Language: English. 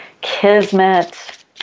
Kismet